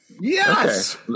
Yes